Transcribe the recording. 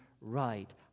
right